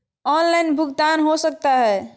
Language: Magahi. ऑनलाइन भुगतान हो सकता है?